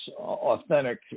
authentic